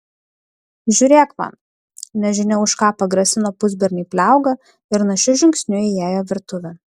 žiūrėk man nežinia už ką pagrasino pusberniui pliauga ir našiu žingsniu įėjo virtuvėn